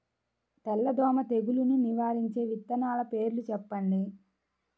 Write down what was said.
తెల్లదోమ తెగులును నివారించే విత్తనాల పేర్లు చెప్పండి?